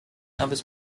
elvis